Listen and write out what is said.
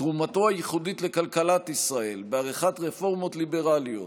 תרומתו הייחודית לכלכלת ישראל בעריכת רפורמות ליברליות